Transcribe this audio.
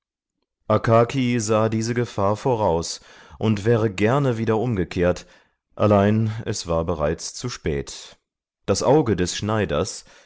sah diese gefahr voraus und wäre gerne wieder umgekehrt allein es war bereits zu spät das auge des schneiders